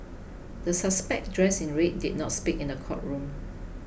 the suspect dressed in red did not speak in the courtroom